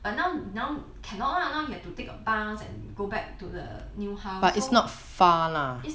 but now now cannot lah now you have to take a bus and go back to the new house so